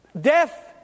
death